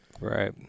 right